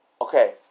okay